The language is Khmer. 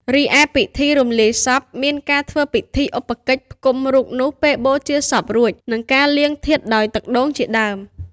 រិឯពិធីរំលាយសព មានការធ្វើពិធីឧបកិច្ចផ្តុំរូបនោះពេលបូជាសពរួច និងការលាងធាតុដោយទឹកដូងជាដើម។